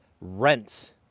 rents